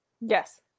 yes